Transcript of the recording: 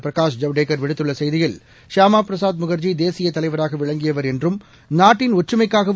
பிரகாஷ் ஜவ்டேகர் விடுத்துள்ள செய்தியில் ஷியாமா பிரசாத் முகர்ஜி தேசியத் தலைவராக விளங்கியவர் என்றம் நாட்டின் ஒற்றுமைக்காகவும்